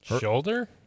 Shoulder